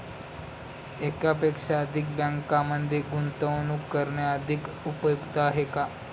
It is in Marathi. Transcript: एकापेक्षा अधिक बँकांमध्ये गुंतवणूक करणे अधिक उपयुक्त आहे का?